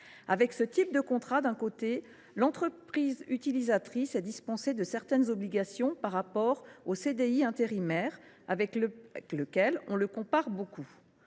Ce type de contrat dispense l’entreprise utilisatrice de certaines obligations par rapport au CDI intérimaire, avec lequel on le compare beaucoup.